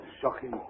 shocking